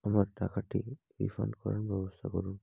আমার টাকাটি রিফান্ড করার ব্যবস্থা করুন